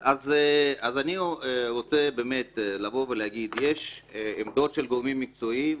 אני רוצה להגיד: יש עמדות של גורמים מקצועיים.